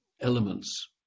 elements